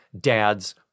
dad's